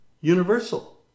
universal